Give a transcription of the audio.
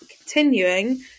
continuing